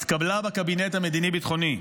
התקבלה בקבינט המדיני-ביטחוני,